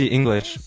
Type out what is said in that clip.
English